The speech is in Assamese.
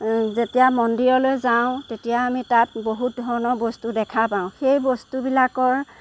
যেতিয়া মন্দিৰলৈ যাওঁ তেতিয়া আমি তাত বহুত ধৰণৰ বস্তু দেখা পাওঁ সেই বস্তুবিলাকৰ